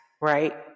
right